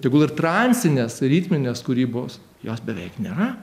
tegul ir transinės ritminės kūrybos jos beveik nėra